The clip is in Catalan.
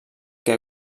que